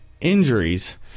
injuries